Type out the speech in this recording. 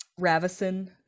Ravison